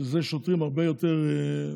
שזה שוטרים הרבה יותר,